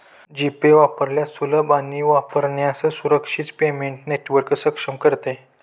जी pay वापरण्यास सुलभ आणि वापरण्यास सुरक्षित पेमेंट नेटवर्क सक्षम करते